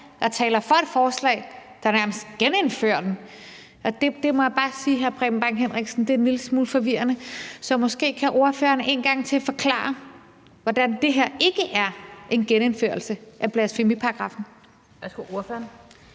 og taler for et forslag, der nærmest genindfører den. Det må jeg bare sige er en lille smule forvirrende, hr. Preben Bang Henriksen. Så måske kan ordføreren en gang til forklare, hvordan det her ikke er en genindførelse af blasfemiparagraffen. Kl. 17:52 Den